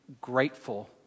grateful